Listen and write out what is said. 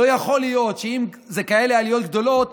לא יכול להיות שאם אלה כאלה עליות גדולות,